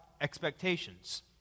expectations